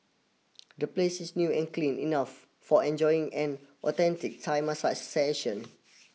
the place is new and clean enough for enjoying an authentic Thai massage session